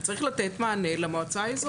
וצריך לתת מענה למועצה האזורית.